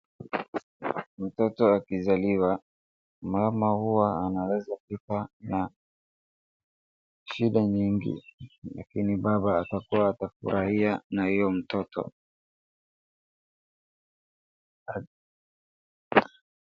Mtoto akizaliwa, mama huwa anaweza kufa na shida nyingi lakini baba atakuwa atafurahia na huyo mtoto.